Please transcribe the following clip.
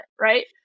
right